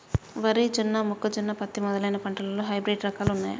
వరి జొన్న మొక్కజొన్న పత్తి మొదలైన పంటలలో హైబ్రిడ్ రకాలు ఉన్నయా?